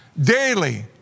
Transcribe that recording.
daily